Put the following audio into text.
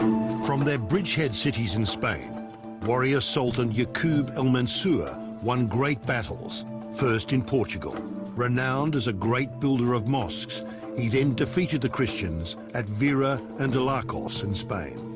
from their bridgehead cities in spain warrior sultan yakub al-mansour won great battles first in portugal renowned as a great builder of mosques he then defeated the christians at vera and delacos in spain